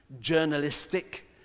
journalistic